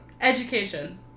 Education